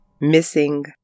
missing